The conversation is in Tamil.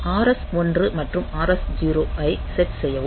RS 1 மற்றும் RS 0 ஐ செட் செய்யவும்